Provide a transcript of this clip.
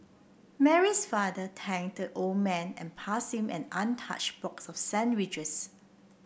Mary's father tanked the old man and passed him an untouched box of sandwiches